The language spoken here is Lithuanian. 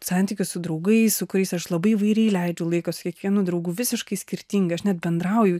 santykius su draugais su kuriais aš labai įvairiai leidžiu laiką su kiekvienu draugu visiškai skirtingai aš net bendrauju